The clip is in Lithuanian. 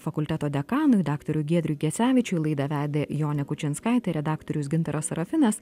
fakulteto dekanui daktarui giedriui gecevičiui laidą vedė jonė kučinskaitė redaktorius gintaras sarafinas